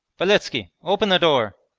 beletski! open the door!